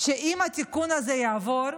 שאם התיקון הזה יעבור,